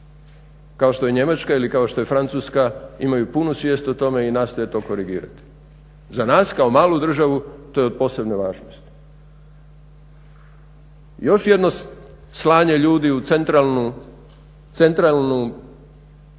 kao što je Njemačka, kao što je Francuska imaju punu svijest o tome i nastoje to korigirati. Za nas kao malu državu to je od posebne važnosti. Još jedno slanje ljudi u centralnu administraciju